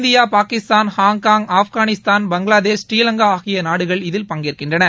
India Pakistan Hong Kong Afghanistan Bangladesh Sri Lanka ஆகிய நாடுகள் இதில் பங்கேற்கின்றன